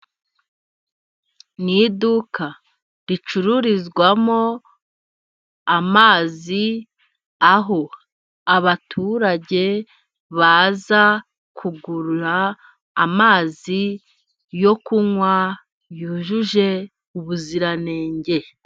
Mu iduka ricururizwamo amazi, aho abaturage baza kugurira amazi yo kunywa, yujuje ubuziranenge.